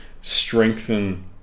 strengthen